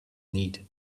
need